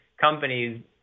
companies